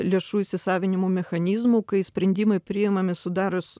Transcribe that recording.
lėšų įsisavinimo mechanizmu kai sprendimai priėmami sudarius